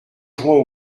jouant